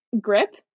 grip